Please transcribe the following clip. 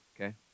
okay